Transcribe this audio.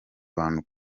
umuco